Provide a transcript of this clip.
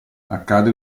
accade